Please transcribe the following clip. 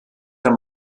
der